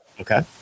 Okay